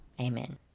amen